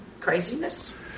craziness